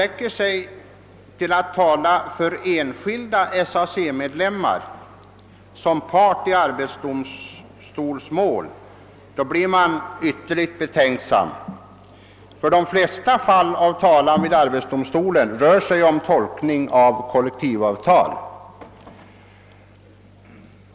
Men då han talade också för enskilda SAC-medlemmar som part i mål vid arbetsdomstolen blir jag ytterligt betänksam. I de allra flesta fall av talan vid arbetsdomstolen rör det sig nämligen om tolkningar av kollektivavtalen.